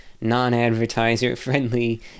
non-advertiser-friendly